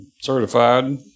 certified